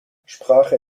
sprache